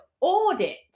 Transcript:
audit